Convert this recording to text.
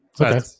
Okay